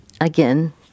Again